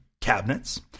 cabinets